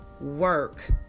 work